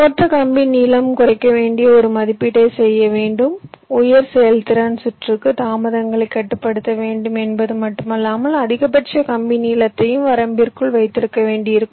மொத்த கம்பி நீளம் குறைக்க வேண்டிய ஒரு மதிப்பீட்டை செய்ய வேண்டும் உயர் செயல்திறன் சுற்றுக்கு தாமதங்களைக் கட்டுப்படுத்த வேண்டும் என்பது மட்டுமல்லாமல் அதிகபட்ச கம்பி நீளத்தையும் வரம்பிற்குள் வைத்திருக்க வேண்டியிருக்கும்